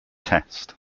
test